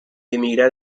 emigrar